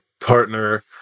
partner